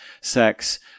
sex